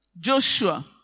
Joshua